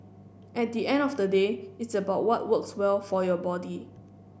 at the end of the day it's about what works well for your body